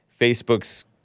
Facebook's